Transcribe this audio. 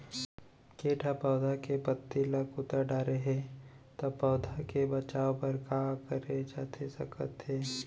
किट ह पौधा के पत्ती का कुतर डाले हे ता पौधा के बचाओ बर का करे जाथे सकत हे?